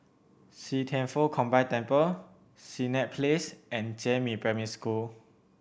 See Thian Foh Combined Temple Senett Place and Jiemin Primary School